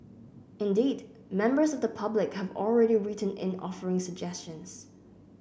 indeed members of the public have already written in offering suggestions